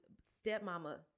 stepmama